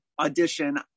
audition